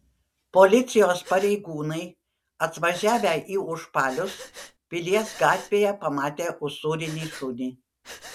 policijos pareigūnai atvažiavę į užpalius pilies gatvėje pamatė usūrinį šunį